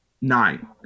nine